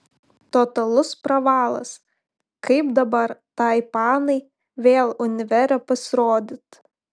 totalus pravalas kaip dabar tai panai vėl univere pasirodyt